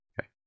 Okay